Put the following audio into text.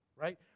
right